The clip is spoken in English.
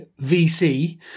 VC